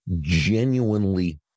genuinely